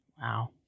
Wow